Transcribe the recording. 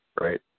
Right